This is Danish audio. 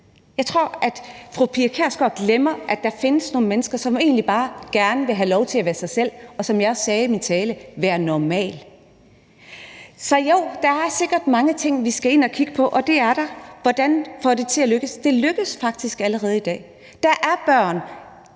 Jeg tror, at fru Pia Kjærsgaard glemmer, at der findes nogle mennesker, som egentlig bare gerne vil have lov til at være sig selv, og som vil være normal, som jeg sagde i min tale. Så jo, der er sikkert mange ting, vi skal ind at kigge på, med hensyn til hvordan vi får det til at lykkes. Det lykkes faktisk allerede i dag. Der er børn,